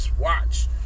watch